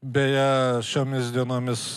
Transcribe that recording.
beje šiomis dienomis